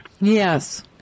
Yes